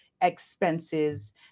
expenses